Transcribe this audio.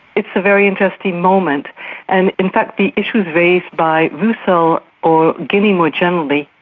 it's a very interesting moment and in fact the issues raised by rusal, or guinea more generally,